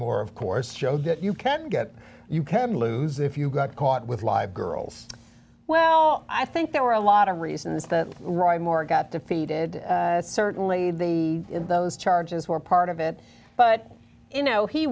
moore of course showed that you can get you can lose if you got caught with live girls well i think there were a lot of reasons the ride more got defeated certainly the those charges were part of it but you know he